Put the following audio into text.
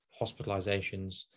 hospitalizations